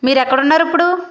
మీరెక్కడున్నారు ఇప్పుడు